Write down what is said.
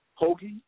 hoagie